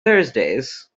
thursdays